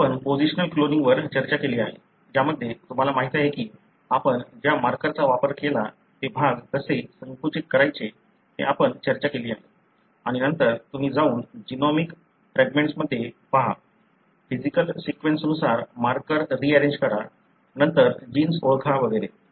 आता आपण पोझिशनल क्लोनिंगवर चर्चा केली आहे ज्यामध्ये तुम्हाला माहिती आहे की आपण ज्या मार्करचा वापर केला ते भाग कसे संकुचित करायचे ते आपण चर्चा केली आहे आणि नंतर तुम्ही जाऊन जीनोमिक फ्रॅगमेंट्समध्ये पहा फिजिकल सीक्वेन्सनुसार मार्कर रीअरेंज करा नंतर जीन्स ओळखा वगैरे